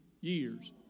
years